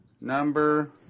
number